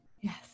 Yes